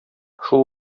шул